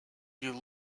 you